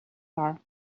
are